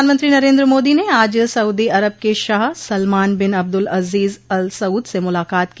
प्रधानमंत्री नरेन्द्र मोदी ने आज सऊदी अरब के Shah Salman bin Abdulaziz Al Saud से मुलाकात की